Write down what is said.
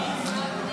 נתקבל.